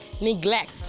neglect